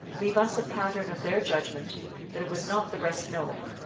leave us a pattern of their judgment that it was not the rest knowing,